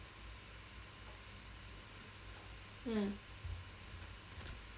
mm